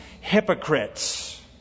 hypocrites